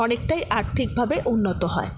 অনেকটাই আর্থিকভাবে উন্নত হয়